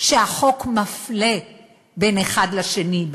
שהחוק מפלה בין אחד לשני,